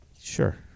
Sure